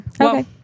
Okay